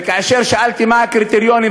וכאשר שאלתי מה הקריטריונים,